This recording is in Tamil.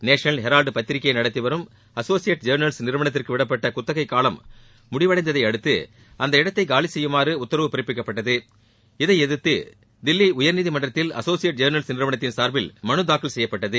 நேஷனல் ஹெரால்டு பத்திரிகையை நடத்தி வரும் அசோசியேட் ஜர்னல்ஸ் நிறுவனத்துக்கு விடப்பட்ட குத்தகைக் காலம் முடிவடைந்ததையடுதது அந்த இடத்தை காலி செய்யுமாறு உத்தரவு பிறப்பிக்கப்பட்டது இதை எதிர்த்து தில்லி உயர்நீதிமன்றத்தில் அசோசியேட் ஜர்னல்ஸ் நிறுவத்தின் சார்பில் மனு தாக்கல் செய்யப்பட்டது